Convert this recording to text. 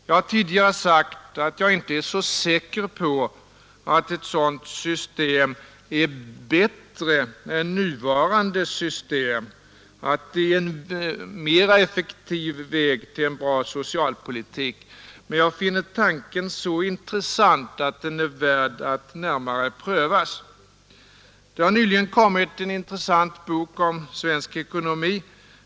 Jag har tidigare sagt att jag inte är så säker på att ett sådant system är bättre än nuvarande system, att det är en mera effektiv väg till en bra socialpolitik, men jag finner tanken så intressant att den är värd att närmare prövas. Det har nyligen kommit en intressant bok om svensk ekonomi.